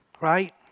Right